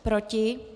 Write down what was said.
Proti?